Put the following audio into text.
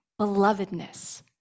belovedness